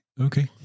Okay